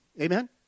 Amen